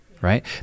Right